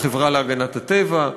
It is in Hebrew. החברה להגנת הטבע,